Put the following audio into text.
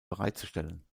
bereitzustellen